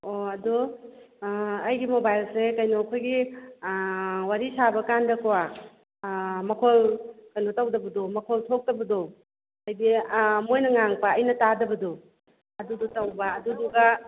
ꯑꯣ ꯑꯗꯣ ꯑꯩꯒꯤ ꯃꯣꯕꯥꯏꯜꯁꯦ ꯀꯩꯅꯣ ꯑꯩꯈꯣꯏꯒꯤ ꯋꯥꯔꯤ ꯁꯥꯕ ꯀꯥꯟꯗꯀꯣ ꯃꯈꯣꯜ ꯀꯩꯅꯣ ꯇꯧꯗꯕꯗꯣ ꯃꯈꯣꯜ ꯊꯣꯛꯇꯕꯗꯣ ꯍꯥꯏꯕꯗꯤ ꯃꯣꯏꯅ ꯉꯥꯡꯕ ꯑꯩꯅ ꯇꯥꯗꯕꯗꯣ ꯑꯗꯨꯨꯗꯨ ꯇꯧꯕ ꯑꯗꯨꯗꯨꯒ